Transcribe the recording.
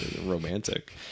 romantic